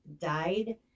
died